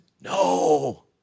No